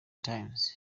times